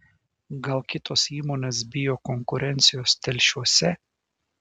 gal kitos įmonės bijo konkurencijos telšiuose